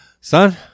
son